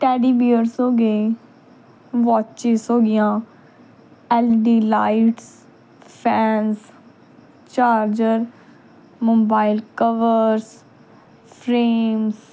teddy bears ਹੋ ਗਏ watches ਹੋ ਗਈਆਂ LED lights fans charger mobile covers frames